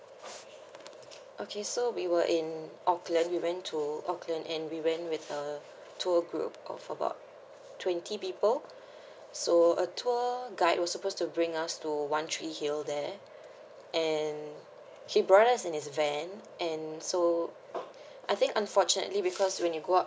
okay so we were in auckland we went to auckland and we went with a tour group of about twenty people so a tour guide was supposed to bring us to one tree hill there and he brought us in his van and so I think unfortunately because when you go up